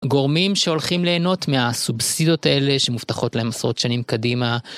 גורמים שהולכים ליהנות מהסובסידות האלה שמובטחות להם עשרות שנים קדימה.